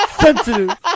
Sensitive